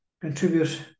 contribute